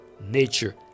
nature